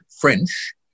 French